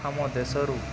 ଆମ ଦେଶରୁ